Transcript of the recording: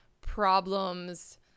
problems